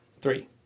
three